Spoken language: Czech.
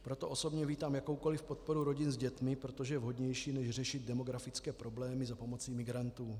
Proto osobně vítám jakoukoliv podporu rodin s dětmi, protože je to vhodnější než řešit demografické problémy za pomocí migrantů.